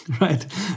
Right